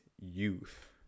youth